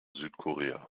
südkorea